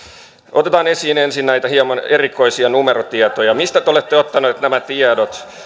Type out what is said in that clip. otetaan esiin ensin näitä hieman erikoisia numerotietoja mistä te olette ottaneet nämä tiedot